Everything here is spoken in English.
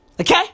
Okay